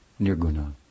nirguna